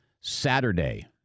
Saturday